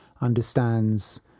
understands